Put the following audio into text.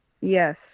yes